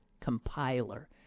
compiler